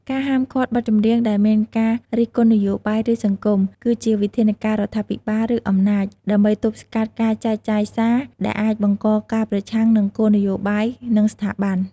ការហាមឃាត់បទចម្រៀងដែលមានការរិះគន់នយោបាយ ឬសង្គម គឺជាវិធានការរដ្ឋាភិបាល ឬអំណាច ដើម្បីទប់ស្កាត់ការចែកចាយសារ ដែលអាចបង្កការប្រឆាំងនឹងគោលនយោបាយ និងស្ថាប័ន។